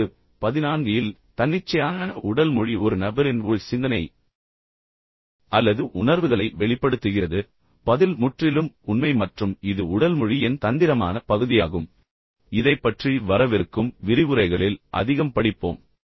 இப்போது 14 இல் தன்னிச்சையான உடல் மொழி ஒரு நபரின் உள் சிந்தனை அல்லது உணர்வுகளை வெளிப்படுத்துகிறது பதில் முற்றிலும் உண்மை மற்றும் இது உடல் மொழியின் தந்திரமான பகுதியாகும் இதைப் பற்றி வரவிருக்கும் விரிவுரைகளில் அதிகம் படிப்போம்